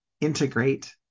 integrate